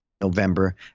November